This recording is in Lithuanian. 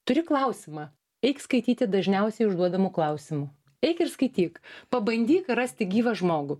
turi klausimą eik skaityti dažniausiai užduodamų klausimų eik ir skaityk pabandyk rasti gyvą žmogų